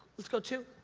let's go to.